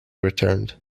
returned